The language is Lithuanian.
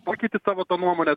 pakeiti savo tą nuomonę